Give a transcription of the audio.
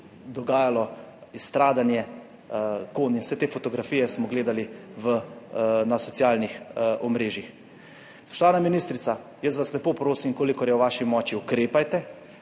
dogajalo izstradanje konj in vse te fotografije smo gledali na socialnih omrežjih. Spoštovana ministrica, jaz vas lepo prosim, kolikor je v vaši moči, ukrepajte,